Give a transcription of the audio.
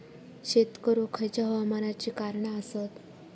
शेत करुक खयच्या हवामानाची कारणा आसत?